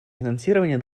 финансирования